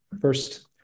First